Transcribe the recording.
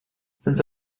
since